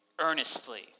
earnestly